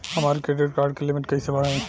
हमार credit card के limit कइसे बढ़ी?